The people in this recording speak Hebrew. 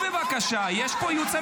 הוא ירד.